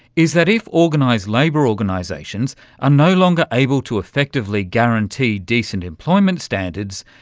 is that if organised labour organisations are no longer able to effectively guarantee decent employment standards,